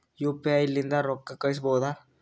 UPI ಲಿಂದ ರೊಕ್ಕ ಕಳಿಸಬಹುದಾ?